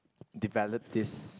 develop this